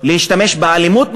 להשתמש באלימות נגדם,